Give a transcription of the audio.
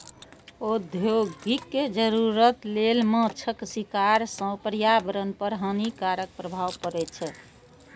औद्योगिक जरूरत लेल माछक शिकार सं पर्यावरण पर हानिकारक प्रभाव पड़ै छै